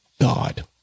God